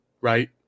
right